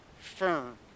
firm